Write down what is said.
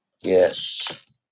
Yes